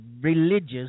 religious